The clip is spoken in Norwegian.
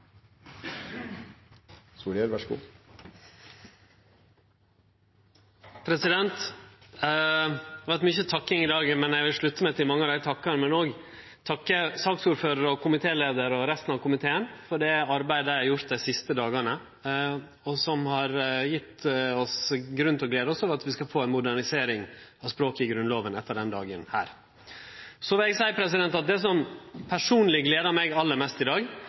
dag. Eg vil slutte meg til mange av dei takkarane, men òg takke saksordføraren, komitéleiaren og resten av komiteen for det arbeidet dei har gjort dei siste dagane, som har gitt oss grunn til å glede oss over at vi skal få ei modernisering av språket i Grunnlova etter denne dagen. Så vil eg seie at det som personleg gleder meg aller mest i dag,